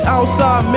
Outside